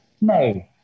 No